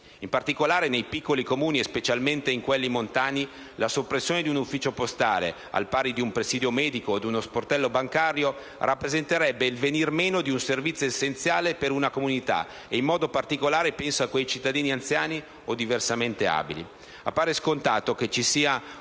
In particolare nei piccoli Comuni, specialmente in quelli montani, la soppressione di un ufficio postale, al pari di un presidio medico o di uno sportello bancario, rappresenterebbe il venir meno di un servizio essenziale per una comunità; penso, in modo particolare, ai cittadini anziani o diversamente abili.